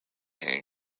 hand